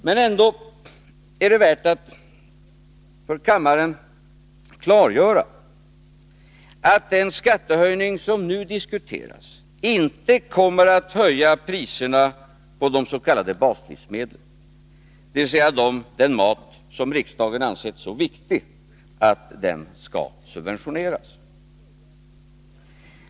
Men ändå är det värt att för kammaren klargöra att den skattehöjning som nu diskuteras inte kommer att höja priserna på de s.k. baslivsmedlen, dvs. den mat som riksdagen ansett så viktig att den skall subventioneras.